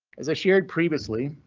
as shared previously,